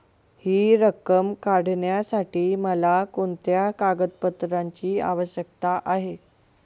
हि रक्कम काढण्यासाठी मला कोणत्या कागदपत्रांची आवश्यकता आहे?